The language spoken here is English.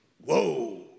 Whoa